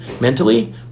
mentally